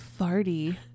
farty